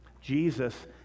Jesus